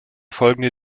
folgende